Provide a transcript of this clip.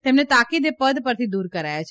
તેમને તાકીદે પદ પરથી દુર કરાયા છે